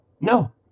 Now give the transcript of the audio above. no